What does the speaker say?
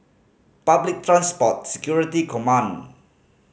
Public Transport Security Command